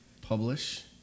publish